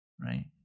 Right